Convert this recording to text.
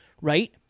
Right